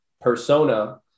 persona